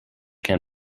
can